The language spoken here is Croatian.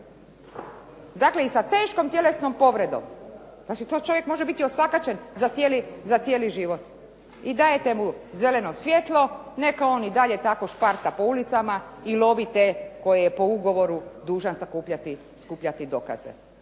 Dakle i sa teškom tjelesnom povredom, to čovjek može biti osakaćen za cijeli život i dajete mu zeleno svjetlo, neka on i dalje tako šparta po ulicama i lovi te koje je po ugovoru dužan sakupljati dokaze.